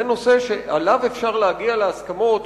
זה נושא שעליו אפשר להגיע להסכמות,